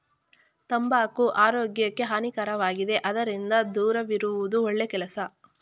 ತಂಬಾಕು ಆರೋಗ್ಯಕ್ಕೆ ಹಾನಿಕಾರಕವಾಗಿದೆ ಅದರಿಂದ ದೂರವಿರುವುದು ಒಳ್ಳೆ ಕೆಲಸ